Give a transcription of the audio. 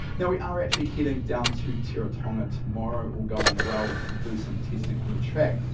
now we are actually heading down to teretonga tomorrow all going well to do some testing on the track.